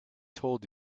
told